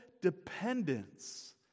dependence